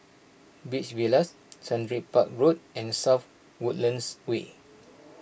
Beach Villas Sundridge Park Road and South Woodlands Way